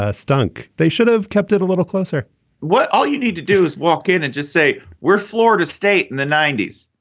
ah dunk. they should have kept it a little closer what? all you need to do is walk in and just say, we're florida state in the ninety s.